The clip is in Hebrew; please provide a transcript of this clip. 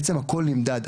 הכל נמדד,